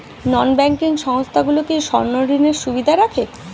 নন banking সংস্থাগুলো কি স্বর্ণঋণের সুবিধা রাখে?